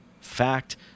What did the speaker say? fact